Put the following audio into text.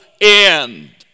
end